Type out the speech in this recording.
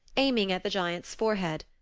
aiming at the giant's forehead.